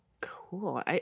Cool